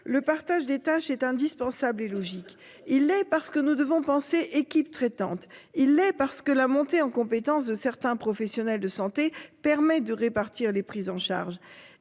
le partage des tâches est indispensable et logique il est parce que nous devons penser équipe traitante il est parce que la montée en compétence de certains professionnels de santé permet de répartir les prises en charge.